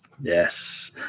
Yes